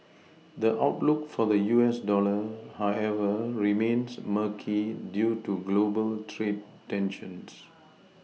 the outlook for the U S dollar however remains murky due to global trade tensions